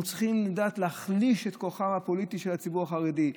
צריכים לדעת להחליש את כוחו הפוליטי של הציבור החרדי.